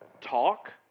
talk